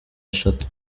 eshatu